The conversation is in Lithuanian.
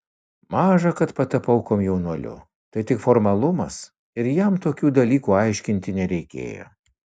maža kad patapau komjaunuoliu tai tik formalumas ir jam tokių dalykų aiškinti nereikėjo